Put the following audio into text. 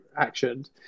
actioned